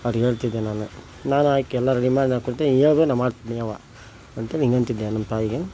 ಅವ್ರಿಗೆ ಹೇಳ್ತಿದ್ದೆ ನಾನು ನಾನು ಆಕೆ ಎಲ್ಲ ರೆಡಿ ಮಾಡಿ ನಾ ಕೊಡ್ತೆ ನೀ ಹೇಳ್ದ್ರೆ ನಾ ಮಾಡ್ತೀನಿ ಅವ್ವ ಅಂತೇಳಿ ಹೀಗಂತಿದ್ದೆ ನಮ್ಮ ತಾಯಿಗೆ